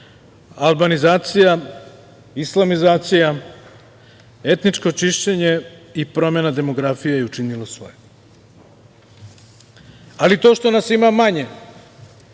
albanizacija, islamizacija, etničko čišćenje i promena demografije je učinila svoje. Ali, to što nas ima manje